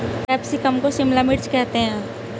capsicum को शिमला मिर्च करते हैं